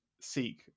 seek